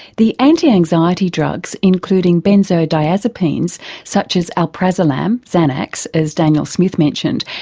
the anti-anxiety drugs, including benzodiazepines such as alprazolam, xanax, as daniel smith mentioned,